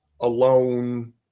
alone